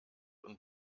und